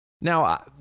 Now